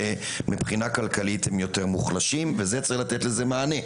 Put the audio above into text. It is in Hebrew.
שמבחינה כלכלית הם יותר מוחלשים ולזה צריך לתת מענה.